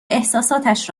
احساساتش